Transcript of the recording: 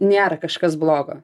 nėra kažkas blogo